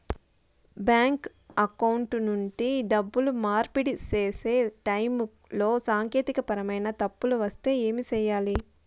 bank account నుండి డబ్బులు మార్పిడి సేసే టైములో సాంకేతికపరమైన తప్పులు వస్తే ఏమి సేయాలి